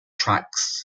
trax